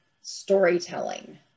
storytelling